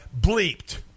bleeped